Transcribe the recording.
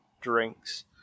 drinks